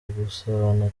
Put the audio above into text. gusabana